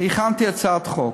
הכנתי הצעת חוק,